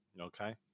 Okay